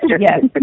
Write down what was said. yes